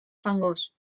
fangós